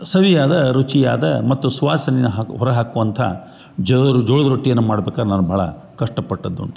ಸವಿಯಾದ ರುಚಿಯಾದ ಮತ್ತು ಸುವಾಸನೆಯನ್ನು ಹಾಕು ಹೊರ ಹಾಕುವಂಥ ಜೋರು ಜೋಳದ ರೊಟ್ಟಿಯನ್ನು ಮಾಡ್ಬೇಕಾರೆ ನಾನು ಭಾಳ ಕಷ್ಟಪಟ್ಟಿದ್ದು ಉಂಟು